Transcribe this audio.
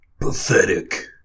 Pathetic